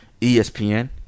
ESPN